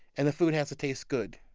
and the food has to taste good.